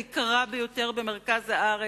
היקרה ביותר במרכז הארץ,